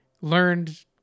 learned